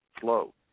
slow